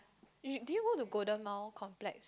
did you go to Golden Mile Complex